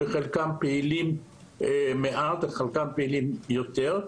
חלקם פעילים מעט וחלקם פעילים יותר.